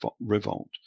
revolt